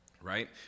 Right